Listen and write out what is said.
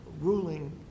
ruling